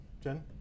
Jen